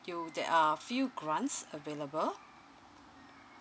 you there are few grants available